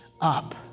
up